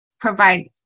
provide